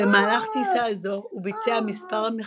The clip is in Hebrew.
במהלך טיסה זו הוא ביצע מספר מחקרים.